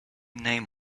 name